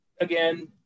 again